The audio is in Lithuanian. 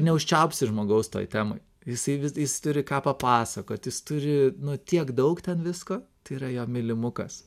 neužčiaupsi žmogaus toj temoj jisai jis turi ką papasakot jis turi nu tiek daug ten visko tai yra jo mylimas